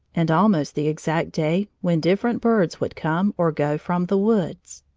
and almost the exact day when different birds would come or go from the woods.